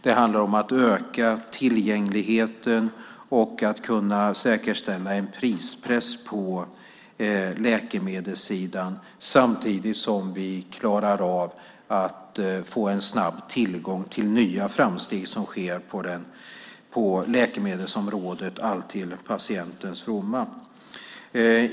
Det handlar om att öka tillgängligheten och säkerställa en prispress på läkemedelssidan samtidigt som vi klarar av att få en snabb tillgång till nya framsteg som sker på läkemedelsområdet, allt till patientens fromma.